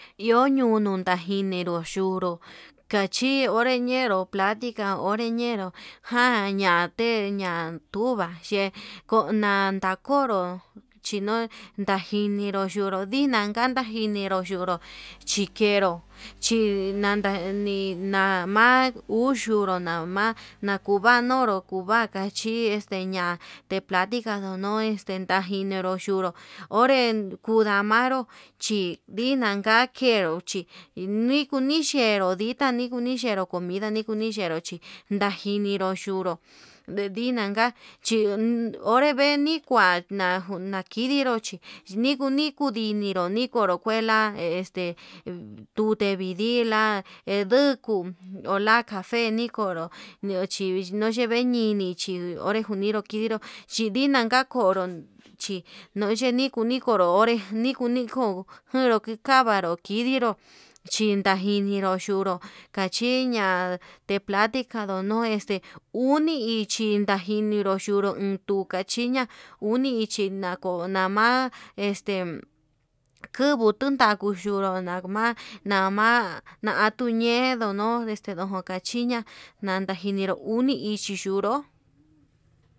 Iho ñunuu najinru yunró kachi onreñero platica onré ñenró jan ñante ña'a tuva'a yee, konanda konró chino ndajinero ndero nina nakanta njinero yonró, chikero chinanda chi na'a nama uu ñunru nama nakuva nonru kuva'a kachí, chi este ña'a de platica no este najinero yunró onre kuu ndamaru chí ndinanka kenro chí ikunu nichenro ndikuni ni kuu ni xhenro comida nii kuni yenro chi ndajinero xhuro, nde nin nanka chi onre nii kua najuu nakinero chí chidikuni kuninero nikuni, nokoro kuela tute vidii la'a nduku onra cafe nikoro ñio chivii niuye ñenini chi onre njuniru chinró, chininka ka'a konron chí ndochini kunro onré, nikuu ni ko'o kundo kikavaró kidinró chin ndajiniro ayunrú kachin ñan te platica ndono este uni ichi ndajiniru nuru untuka chiña'a, uni ichi nako nama este kundavuu yuu nduru nama nama ña'a tuñe ndono este ndeton kojaño chiña'a ndakunde njunrú uni ichi yunró.